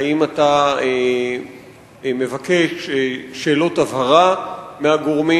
האם אתה מבקש שאלות הבהרה מהגורמים